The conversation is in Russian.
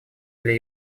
для